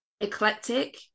eclectic